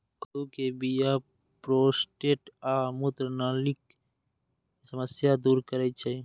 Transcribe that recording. कद्दू के बीया प्रोस्टेट आ मूत्रनलीक समस्या दूर करै छै